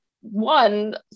one